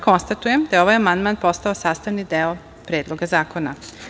Konstatujem da je ovaj amandman postao sastavni deo Predloga zakona.